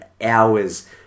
hours